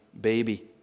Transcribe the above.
baby